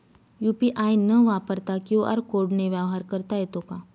UPI न वापरता QR कोडने व्यवहार करता येतो का?